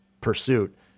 pursuit